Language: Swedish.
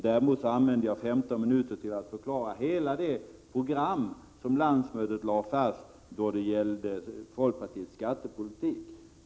Däremot använde jag 15 minuter till att förklara hela det program som landsmötet lade fast för folkpartiets skattepolitik.